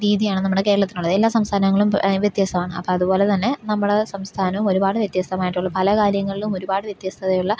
രീതിയാണ് നമ്മുടെ കേരളത്തിനുള്ളത് എല്ലാ സംസ്ഥാനങ്ങളും വ്യത്യസ്തമാണ് അപ്പോൾ അതുപോലെ തന്നെ നമ്മളെ സംസ്ഥാനവും ഒരുപാട് വ്യത്യസ്തമായിട്ടുള്ള പല കാര്യങ്ങളിലും ഒരുപാട് വ്യത്യസ്തതയുള്ള